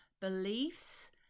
beliefs